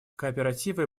кооперативы